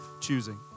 choosing